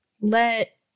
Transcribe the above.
let